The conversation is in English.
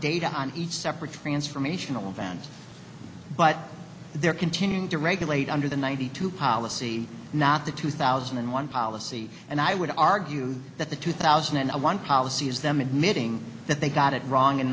data on each separate transformational event but they're continuing to regulate under the ninety two policy not the two thousand and one policy and i would argue that the two thousand and one policy is them admitting that they got it wrong in